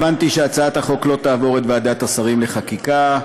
הבנתי שהצעת החוק לא תעבור את ועדת השרים לחקיקה,